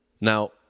Now